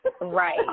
Right